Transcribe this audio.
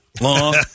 long